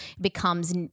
becomes